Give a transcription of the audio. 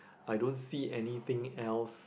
I don't see anything else